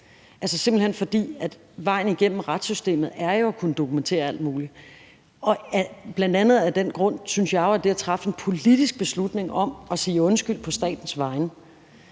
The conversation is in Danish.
svært, simpelt hen fordi vejen igennem retssystemet jo er at kunne dokumentere alt muligt. Bl.a. af den grund synes jeg jo, at det at træffe en politisk beslutning om at sige undskyld på statens vegne